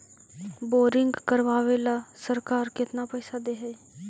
Boring करबाबे ल सरकार केतना पैसा दे है?